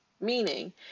meaning